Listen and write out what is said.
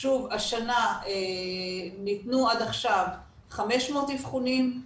שוב, השנה ניתנו עד עכשיו 500 אבחונים,